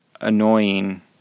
annoying